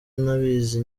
ntabizi